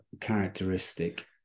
characteristic